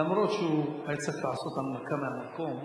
אומנם הוא היה צריך לעשות הנמקה מהמקום,